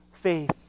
faith